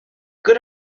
good